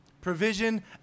Provision